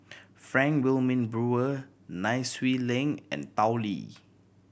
Frank Wilmin Brewer Nai Swee Leng and Tao Li